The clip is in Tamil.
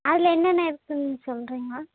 அதில் என்னென்ன இருக்குதுன்னு சொல்லுறீங்களா